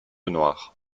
noire